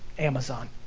amazon.